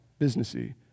businessy